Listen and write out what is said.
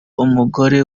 umugore